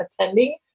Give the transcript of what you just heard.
attending